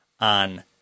on